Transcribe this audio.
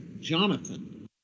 Jonathan